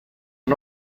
non